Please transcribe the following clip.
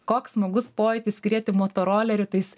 koks smagus pojūtis skrieti motoroleriu tais